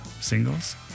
singles